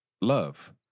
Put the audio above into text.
love